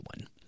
one